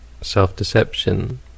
self-deception